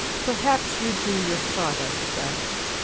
perhaps you do your sawdust best.